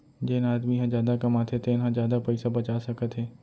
जेन आदमी ह जादा कमाथे तेन ह जादा पइसा बचा सकत हे